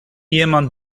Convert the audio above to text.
jemand